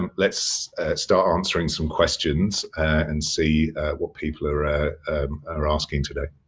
um let's start answering some questions and see what people are ah are asking today.